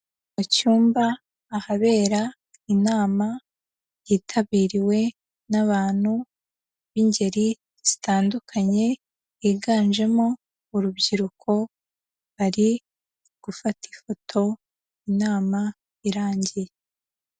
Mu cyumba ahabera inama yitabiriwe n'abantu b'ingeri zitandukanye, higanjemo urubyiruko, bari gufata ifoto inama irangiye.